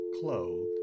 clothed